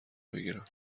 بگیرم